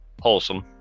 wholesome